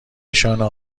نشانه